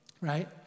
right